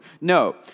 No